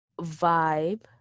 vibe